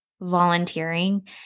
volunteering